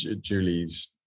Julie's